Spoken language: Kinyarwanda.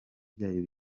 byayo